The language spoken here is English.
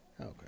Okay